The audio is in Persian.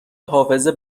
حافظه